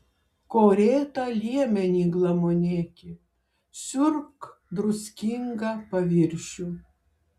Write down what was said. korėtą liemenį glamonėki siurbk druskingą paviršių